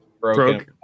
broken